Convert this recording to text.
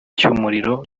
cy’umuriro